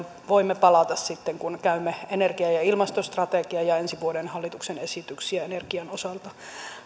voimme palata sitten kun käymme läpi energia ja ja ilmastostrategiaa ja ensi vuoden hallituksen esityksiä energian osalta